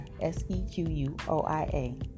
S-E-Q-U-O-I-A